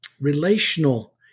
relational